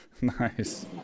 Nice